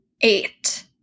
eight